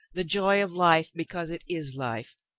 the joy of life be cause it is life,